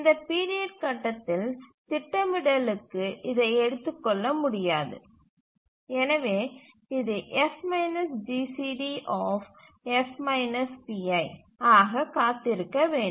இந்த பீரியட் கட்டத்தில் திட்டமிடலுக்கு இதை எடுத்துக்கொள்ள முடியாது எனவே இது F GCD F pi க்காக காத்திருக்க வேண்டும்